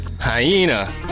hyena